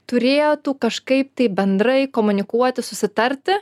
turėtų kažkaip tai bendrai komunikuoti susitarti